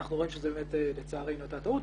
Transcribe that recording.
אנחנו רואים שלצערנו זו הייתה טעות.